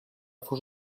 fos